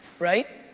right?